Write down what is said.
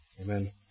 Amen